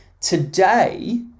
Today